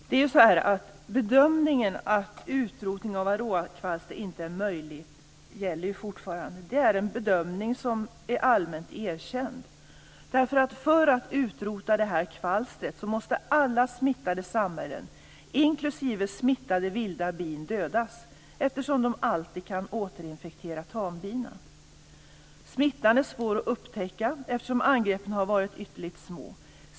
Herr talman! Bedömningen att utrotning av varroakvalster inte är möjlig gäller fortfarande. Det är en bedömning som är allmänt erkänd. För att utrota det här kvalstret måste alla smittade samhällen, inklusive smittade vilda bin, dödas, eftersom de alltid kan återinfektera tambina. Smittan är svår att upptäcka eftersom angreppen har varit ytterligt små.